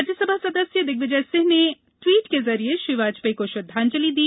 राज्यसभा सदस्य दिग्विजय सिंह ने ट्वीट के जरिए श्री वाजपेई को श्रद्धांजलि दी